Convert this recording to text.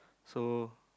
so